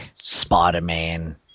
Spider-Man